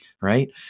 right